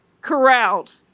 corralled